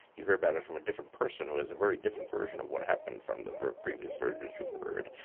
you heard about it from a different person who has a very different version of what happened from the previous versions you've heard.